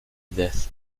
death